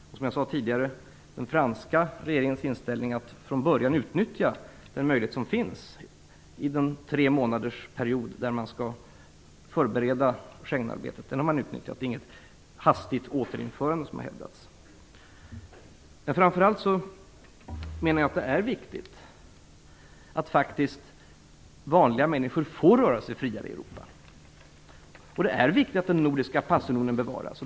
Som jag sade tidigare, var den franska regeringens inställning att man från början skulle utnyttja den möjlighet som finns inom den tremånadersperiod som Schengenarbetet skulle förberedas. Den har man utnyttjat. Det är inget hastigt återinförande, som har hävdats. Jag menar framför allt att det är viktigt att vanliga människor får röra sig friare i Europa. Det är viktigt att den nordiska passunionen bevaras.